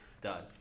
Done